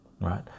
right